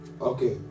Okay